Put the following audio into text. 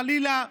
חלילה,